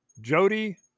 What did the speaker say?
Jody